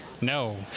No